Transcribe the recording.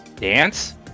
dance